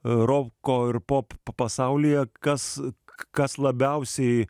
roko ir pop pasaulyje kas kas labiausiai